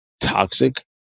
toxic